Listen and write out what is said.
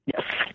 Yes